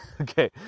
Okay